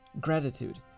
gratitude